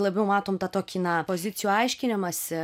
labiau matom tą tokį na pozicijų aiškinimąsi